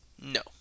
No